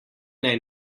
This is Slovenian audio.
naj